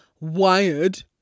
wired